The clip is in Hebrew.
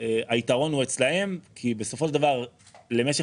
היתרון הוא אצלם כי בסופו של דבר למשך